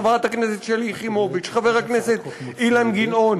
חברת הכנסת שלי יחימוביץ וחבר הכנסת אילן גילאון.